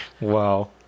Wow